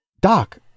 Doc